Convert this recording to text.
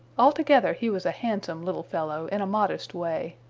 altogether he was a handsome little fellow in a modest way.